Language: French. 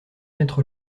mettre